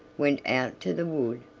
went out to the wood,